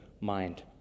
mind